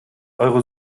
eure